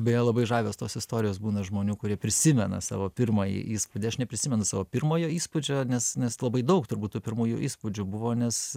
beje labai žavios tos istorijos būna žmonių kurie prisimena savo pirmąjį įspūdį aš neprisimenu savo pirmojo įspūdžio nes nes labai daug turbūt tų pirmųjų įspūdžių buvo nes